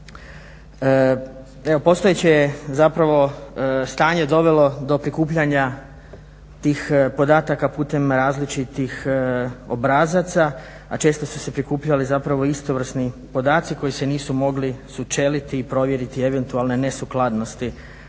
Evo postojeće je zapravo stanje dovelo do prikupljanja tih podataka putem različitih obrazaca, a često su se prikupljali zapravo istovrsni podaci koji se nisu mogli sučeliti i provjeriti eventualne nesukladnosti